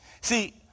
See